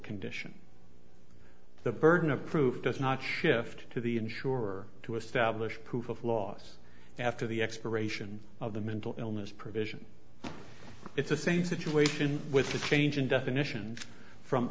condition the burden of proof does not shift to the insurer to establish proof of loss after the expiration of the mental illness provision it's the same situation with a change in definition from